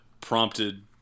prompted